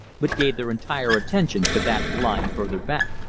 but gave their entire attention to that lying further back.